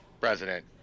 President